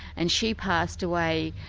and she passed away